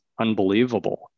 unbelievable